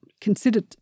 considered